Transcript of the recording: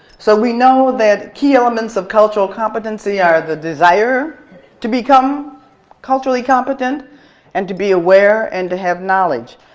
so we know that key elements of cultural competency are the desire to become culturally competent and to be aware and to have knowledge.